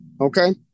Okay